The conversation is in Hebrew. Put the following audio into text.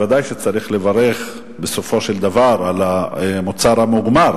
ודאי שצריך לברך בסופו של דבר על המוצר המוגמר,